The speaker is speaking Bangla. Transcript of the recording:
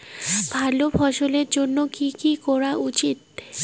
ভালো ফলনের জন্য কি কি করা উচিৎ?